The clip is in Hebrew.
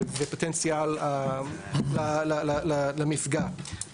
ופוטנציאל למפגע.